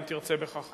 אם תרצה בכך.